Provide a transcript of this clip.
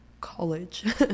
college